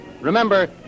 Remember